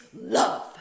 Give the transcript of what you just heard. love